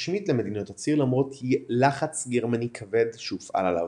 רשמית למדינות הציר למרות לחץ גרמני כבד שהופעל עליו.